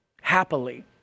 Happily